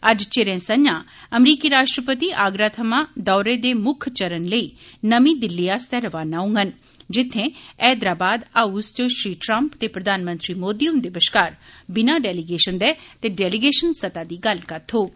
अज्जै चिरें संजा अमरीकी राश्ट्रपति आगरा थमां दौरे दे मुक्ख चरण लेई नमीं दिल्ली आस्तै रवाना होंगन जित्थें हैदराबाद हाउस च श्री ट्रंप ते प्रधानमंत्री मोदी हुंदे बश्कार बिना डैलीगेशन दे ते डेलीगेशन सतह् दी गल्लबात होग